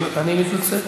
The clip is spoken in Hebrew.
מתנצל.